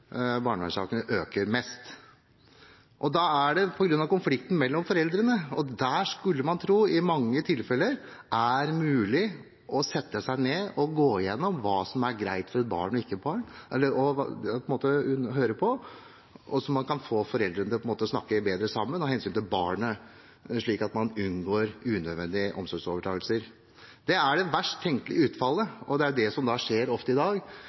barnevernssakene øker mest. På grunn av konflikten mellom foreldrene skulle man tro at det i mange tilfeller burde være mulig å sette seg ned og gå igjennom hva som er greit, og hva som ikke er greit for barnet å høre på, sånn at man – av hensyn til barnet – kan få foreldrene til å snakke bedre sammen, slik at man unngår unødvendige omsorgsovertakelser. Det er det verst tenkelige utfallet, og det er det som ofte skjer i dag